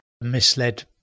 misled